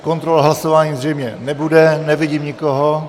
Kontrola hlasování zřejmě nebude, nevidím nikoho.